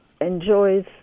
enjoys